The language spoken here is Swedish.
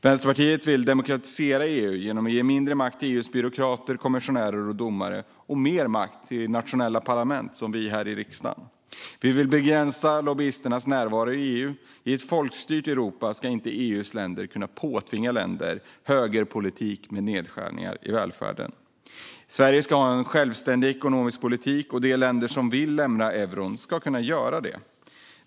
Vänsterpartiet vill demokratisera EU genom att ge mindre makt till EU:s byråkrater, kommissionärer och domare och mer makt till nationella parlament, som riksdagen. Vi vill begränsa lobbyisternas närvaro i EU. I ett folkstyrt Europa ska inte EU kunna påtvinga länder högerpolitik med nedskärningar i välfärden. Sverige ska ha en självständig ekonomisk politik, och de länder som vill lämna euron ska kunna göra det.